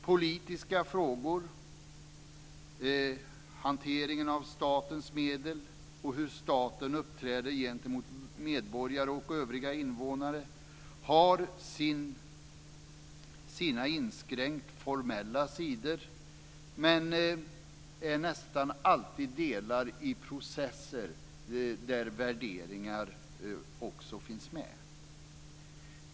Politiska frågor, hanteringen av statens medel och hur staten uppträder gentemot medborgare och övriga invånare har sina inskränkt formella sidor men är nästan alltid delar i processer där värderingar också finns med.